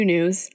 News